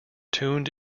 tuned